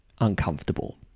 uncomfortable